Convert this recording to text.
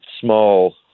small